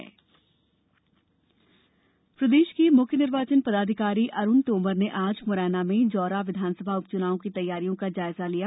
चुनाव तैयारी प्रदेश के मुख्य निर्वाचन पदाधिकारी अरूण तोमर ने आज मुरैना मे जौरा विधानसभा उप चुनाव की तैयारियों का जायजा लिया